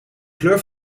kleur